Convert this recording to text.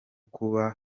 kuba